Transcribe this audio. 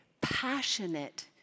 passionate